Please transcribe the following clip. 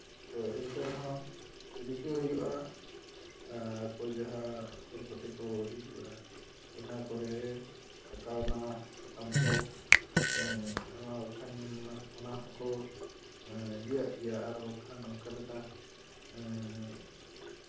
ᱛᱚ ᱮᱱᱛᱮ ᱨᱮᱦᱚᱸ ᱨᱤᱠᱟᱹᱭ ᱦᱩᱭᱩᱜᱼᱟ ᱟᱠᱚ ᱡᱟᱦᱟᱸ ᱦᱚᱨ ᱠᱚᱛᱮᱠᱚ ᱦᱤᱡᱩᱜᱼᱟ ᱚᱱᱟ ᱠᱚᱨᱮ ᱟᱠᱟᱣᱱᱟ ᱥᱟᱠᱟᱢ ᱠᱚ ᱮᱢᱟᱣᱟᱠᱚ ᱠᱷᱷᱟᱱ ᱚᱱᱟ ᱦᱚᱸᱠᱚ ᱤᱭᱟᱹᱜ ᱜᱮᱭᱟ ᱟᱨ ᱵᱟᱝᱠᱷᱟᱱ ᱚᱝᱠᱟᱞᱮᱠᱟ